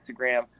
Instagram